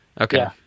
Okay